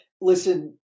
listen